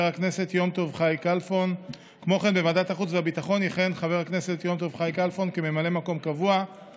במקום חבר הכנסת יום טוב חי כלפון יכהן חבר הכנסת עמיחי שיקלי,